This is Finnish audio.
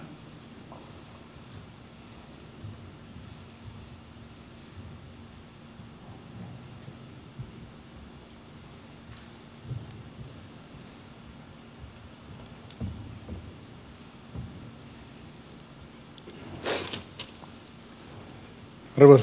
arvoisa puhemies